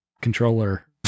controller